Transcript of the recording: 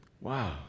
Wow